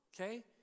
okay